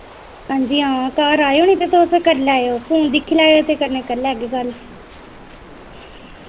हांजी हां घर आएओ निं ते तुस कर लैएओ फोन दिक्खी लैएओ ते कन्नै करी लैगे गल्ल